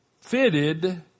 Fitted